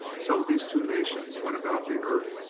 so these two nations went about the earth,